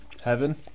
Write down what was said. Heaven